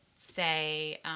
Say